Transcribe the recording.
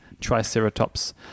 Triceratops